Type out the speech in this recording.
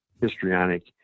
histrionic